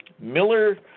Miller